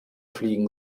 fliegen